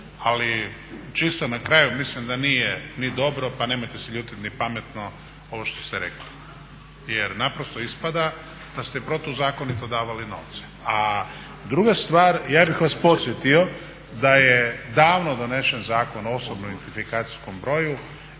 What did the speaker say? ali čisto na kraju mislim da nije ni dobro, pa nemojte se ljutiti ni pametno ovo što ste rekli jer naprosto ispada da ste protuzakonito davali novce. A druga stvar, ja bih vas podsjetio da je davno donesen Zakon o osobnom identifikacijskom broju.